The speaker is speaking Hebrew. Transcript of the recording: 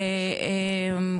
מיטל רוסו,